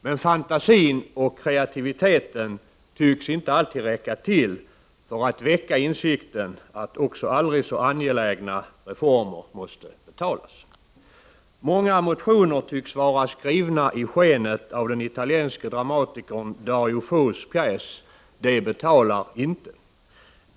Men fantasin och kreativiteten tycks inte alltid räcka till för att väcka insikten att också aldrig så angelägna reformer måste betalas. Många motioner tycks vara skrivna under inflytande av den italienske dramatikern Dario Fos pjäs ”Vi betalar inte”.